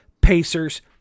Pacers